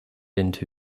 into